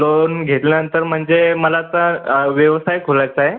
loan घेतल्यानंतर म्हणजे मला आत्ता व्यवसाय खोलायचा आहे